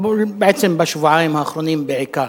או בעצם בשבועיים האחרונים בעיקר,